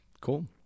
Cool